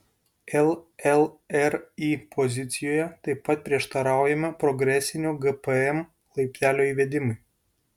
llri pozicijoje taip pat prieštaraujama progresinio gpm laiptelio įvedimui